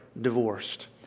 divorced